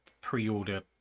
pre-order